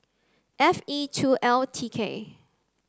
F E two L T K